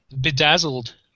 bedazzled